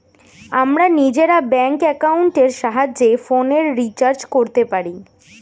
আমরা নিজেরা ব্যাঙ্ক অ্যাকাউন্টের সাহায্যে ফোনের রিচার্জ করতে পারি